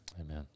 Amen